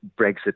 Brexit